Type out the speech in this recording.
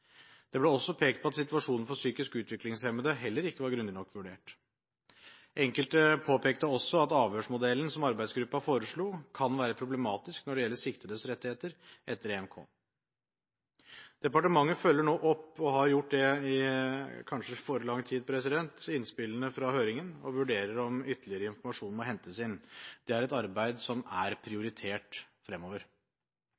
Det ble også pekt på at situasjonen for psykisk utviklingshemmede heller ikke var grundig nok vurdert. Enkelte påpekte også at avhørsmodellen som arbeidsgruppen foreslo, kan være problematisk når det gjelder siktedes rettigheter etter EMK. Departementet følger nå opp – og har kanskje gjort det i for lang tid – innspillene fra høringen og vurderer om ytterligere informasjon må hentes inn. Det er et arbeid som er